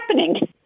happening